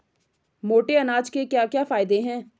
मोटे अनाज के क्या क्या फायदे हैं?